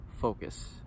focus